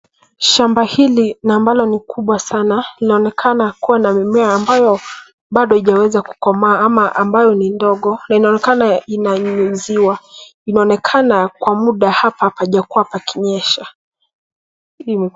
Shamba hili na ambalo ni kubwa sana linaonekana kuwa na mimea ambayo bado haijaweza kukomaa ama ambayo ni ndogo na inaonekana inanyunyiziwa. Inaonekana kwa muda hapa hapajakuwa pakinyesha.